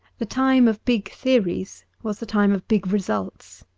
the time of big theories was the time of big results.